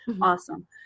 Awesome